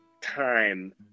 time